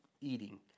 eating